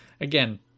Again